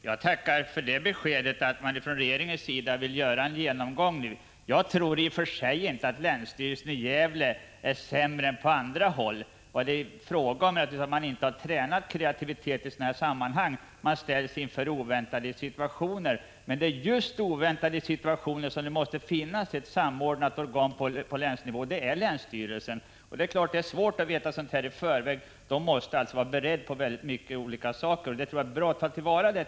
Förenade Fabriksverken har fått en stororder på det nya granatgeväret AT-4 av den amerikanska armén. Vapnet är lätt att bära med sig och kommer med största sannolikhet att ingå bl.a. i de offensiva s.k. brandkårsstyrkorna som snabbt skall kunna rycka ut för att försvara amerikanska intressen. Riksdagens riktlinjer för krigsmaterielexport säger att man i varje exportärende skall väga in ”det sätt på vilket materielen kan väntas bli använd”. Detta har tolkats som att endast export för defensiva ändamål kan godkännas.